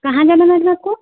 कहाँ जाना मैडम आपको